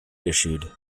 issued